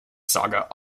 saga